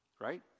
Right